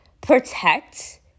protect